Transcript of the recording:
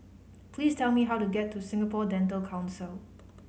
please tell me how to get to Singapore Dental Council